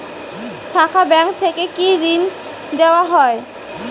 শাখা ব্যাংক থেকে কি ঋণ দেওয়া হয়?